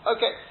Okay